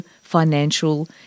financial